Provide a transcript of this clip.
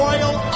Royal